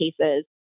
cases